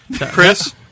Chris